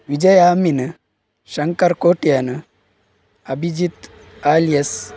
Vijaya Amin Shankar Kotian Abhijit alias